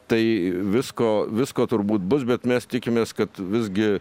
tai visko visko turbūt bus bet mes tikimės kad visgi